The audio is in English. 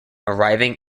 arriving